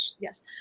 Yes